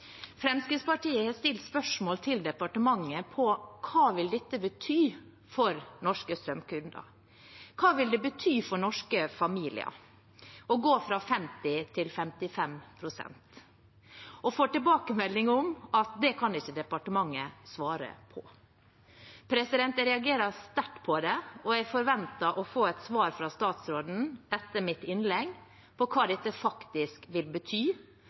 Fremskrittspartiet har stilt spørsmål til departementet om hva dette vil bety for norske strømkunder. Hva vil det bety for norske familier å gå fra 50 pst. til 55 pst.? Vi får tilbakemelding om at det kan ikke departementet svare på. Jeg reagerer sterkt på det, og jeg forventer å få et svar fra statsråden etter mitt innlegg om hva dette faktisk vil bety.